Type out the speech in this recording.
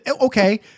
okay